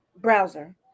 browser